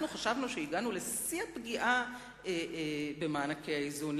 חשבנו בטעות שהגענו לשיא הפגיעה במענקי האיזון,